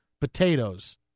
potatoes